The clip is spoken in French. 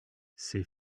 c’est